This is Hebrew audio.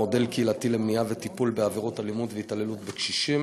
מודל קהילתי למניעה וטיפול בעבירות אלימות והתעללות בקשישים.